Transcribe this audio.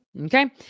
Okay